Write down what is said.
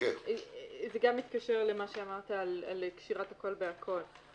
זה גם מתקשר למה שאמרת על קשירת הכול בכול,